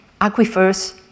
aquifers